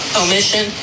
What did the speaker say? omission